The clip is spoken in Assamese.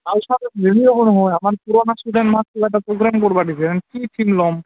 আৰু ছাৰ হেৰিও হ'ব নহয় আমাৰ পুৰণা ষ্টুডেণ্ট মাষ্ট বোলে এটা প্ৰগ্ৰেম কৰবা দিছে এথেন কি থিম ল'ম